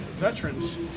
veterans